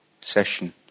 session